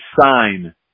sign